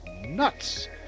nuts